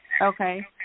okay